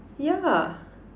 yeah